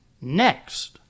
Next